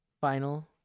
Final